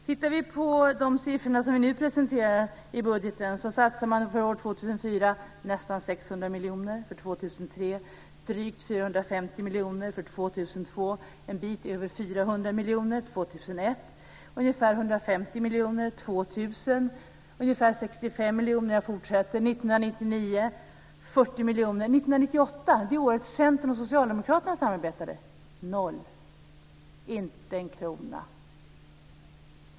Tittar vi på de siffror som nu presenteras i budgeten satsar man för år 2004 nästan 600 miljoner, för år 2003 drygt 450 miljoner, för år 2002 en bit över 400 miljoner, för år 2001 ungefär 150 miljoner och för år 2000 ungefär 65 miljoner. Jag fortsätter. År 1999 satsade man 40 miljoner. År 1998 - det år som Centern och Socialdemokraterna samarbetade - satsade man 0 kr. Man satsade inte en krona.